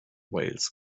wales